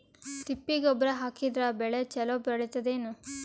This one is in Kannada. ತಿಪ್ಪಿ ಗೊಬ್ಬರ ಹಾಕಿದರ ಬೆಳ ಚಲೋ ಬೆಳಿತದೇನು?